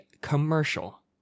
commercial